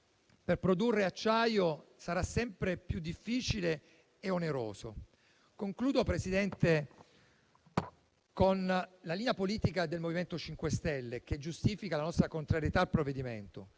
che produrre acciaio sarà sempre più difficile e oneroso. Concludo, signor Presidente, con la linea politica del MoVimento 5 Stelle, che giustifica la nostra contrarietà al provvedimento